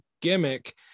gimmick